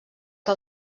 que